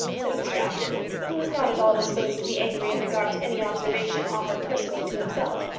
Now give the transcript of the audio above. said mr apjohn, who was not at all disposed to be angry in regard to any observation offered personally to himself.